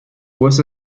was